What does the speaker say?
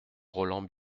roland